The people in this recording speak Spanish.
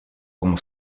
como